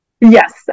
Yes